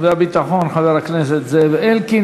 וביטחון חבר הכנסת זאב אלקין.